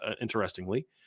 interestingly